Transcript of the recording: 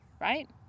Right